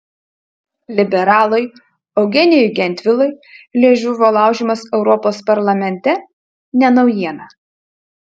liberalui eugenijui gentvilui liežuvio laužymas europos parlamente ne naujiena